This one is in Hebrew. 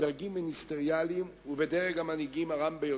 בדרגים מיניסטריאליים ובדרג המנהיגים הרם ביותר,